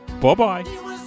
Bye-bye